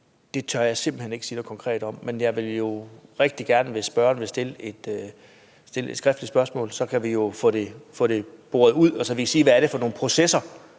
det tør jeg simpelt hen ikke sige noget konkret om. Men jeg vil jo rigtig gerne svare, hvis spørgeren vil stille et skriftligt spørgsmål. Så kan vi jo få det boret ud, så vi kan sige, hvad det er for nogle processer,